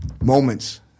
Moments